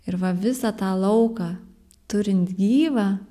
ir va visą tą lauką turint gyvą